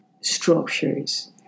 structures